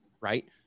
right